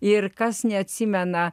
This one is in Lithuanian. ir kas neatsimena